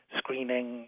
screening